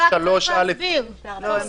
הפסקת פעילות המו"פ שלהן, אי